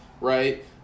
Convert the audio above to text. Right